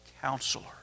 Counselor